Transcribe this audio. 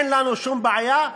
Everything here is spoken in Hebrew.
אין לנו שום בעיה.